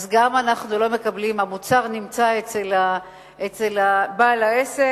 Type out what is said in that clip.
אז גם אנחנו לא מקבלים, המוצר נמצא אצל בעל העסק,